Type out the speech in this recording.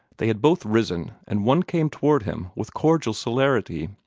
they had both risen, and one came toward him with cordial celerity,